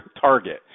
target